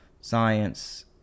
science